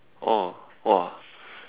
oh !wah!